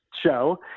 show